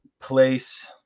place